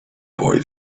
boy